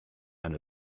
and